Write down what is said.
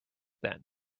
then